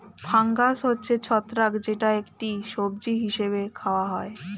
fungus হচ্ছে ছত্রাক যেটা একটি সবজি হিসেবে খাওয়া হয়